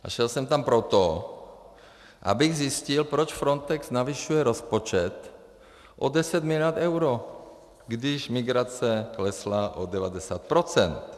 Šel jsem tam proto, abych zjistil, proč Frontex navyšuje rozpočet o 10 mld. eur, když migrace klesla o 90 %.